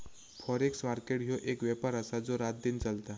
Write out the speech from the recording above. forex market ह्यो एक व्यापार आसा जो रातदिन चलता